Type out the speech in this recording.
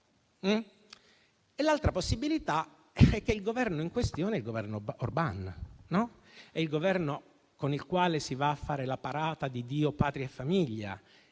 un'altra possibilità, cioè che il Governo in questione, il Governo Orban, con il quale si va a fare la parata di Dio, Patria e famiglia,